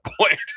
point